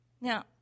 Now